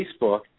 Facebook